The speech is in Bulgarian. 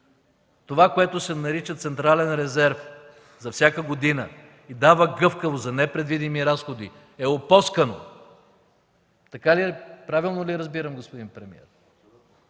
това, което се нарича централен резерв за всяка година и дава гъвкавост за непредвидими разходи, е опоскано. Правилно ли разбирам, господин премиер?